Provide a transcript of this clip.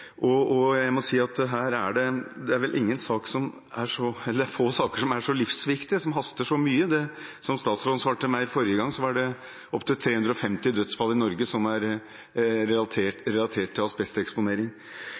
Jeg må si at det er få saker som er så livsviktige og haster så mye. Som statsråden svarte meg forrige gang, er det opptil 350 dødsfall i Norge som er